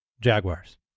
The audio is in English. Jaguars